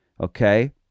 Okay